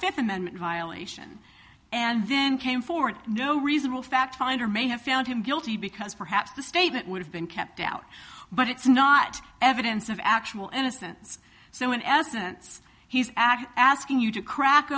fifth amendment violation and then came forward no reasonable fact finder may have found him guilty because perhaps the statement would have been kept out but it's not evidence of actual innocence so in essence he's actually asking you to crack